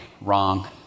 wrong